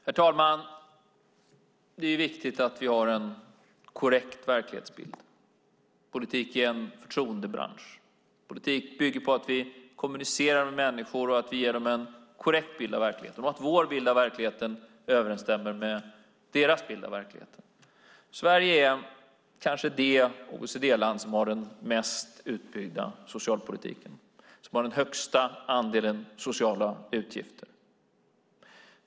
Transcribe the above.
Herr talman! Det är viktigt att vi har en korrekt verklighetsbild. Politik är en förtroendebransch. Politik bygger på att vi kommunicerar med människor och ger dem en korrekt bild av verkligheten och att vår bild av verkligheten överensstämmer med deras bild av verkligheten. Sverige är kanske det OECD-land som har den mest utbyggda socialpolitiken, som har den största andelen sociala utgifter.